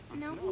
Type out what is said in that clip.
No